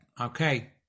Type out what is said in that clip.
okay